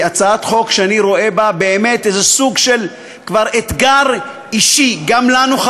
זאת הצעת חוק שאני רואה בה סוג של אתגר אישי גם לנו,